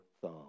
thumb